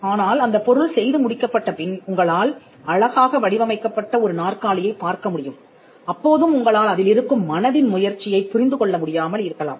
ஆனால் அந்தப் பொருள் செய்து முடிக்கப்பட்ட பின் உங்களால் அழகாக வடிவமைக்கப்பட்ட ஒரு நாற்காலியைப் பார்க்க முடியும் அப்போதும் உங்களால் அதிலிருக்கும் மனதின் முயற்சியை புரிந்து கொள்ள முடியாமல் இருக்கலாம்